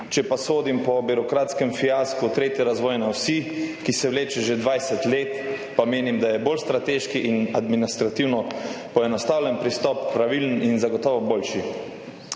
če pa sodim po birokratskem fiasku tretje razvojne osi, ki se vleče že 20 let, pa menim, da je bolj strateški in administrativno poenostavljen pristop pravilen in zagotovo boljši.